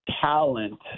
talent